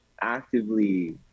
actively